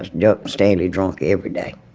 yeah stanley drunk every day,